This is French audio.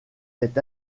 est